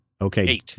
Okay